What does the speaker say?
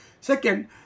Second